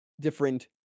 different